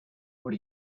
what